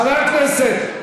חברי הכנסת,